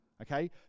okay